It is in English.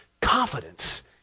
confidence